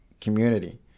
community